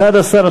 11,